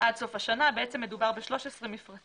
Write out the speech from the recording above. עד סוף השנה מדובר ב-13 מפרטים